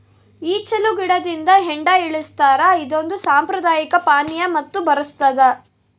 ಈಚಲು ಗಿಡದಿಂದ ಹೆಂಡ ಇಳಿಸ್ತಾರ ಇದೊಂದು ಸಾಂಪ್ರದಾಯಿಕ ಪಾನೀಯ ಮತ್ತು ಬರಸ್ತಾದ